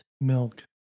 milk